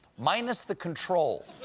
minus the control.